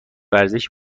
ورزشی